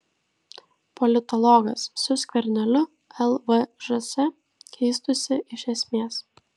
politologas su skverneliu lvžs keistųsi iš esmės